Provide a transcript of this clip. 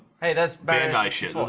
hey, that's bandai shit.